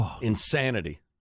Insanity